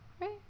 right